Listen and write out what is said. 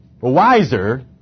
wiser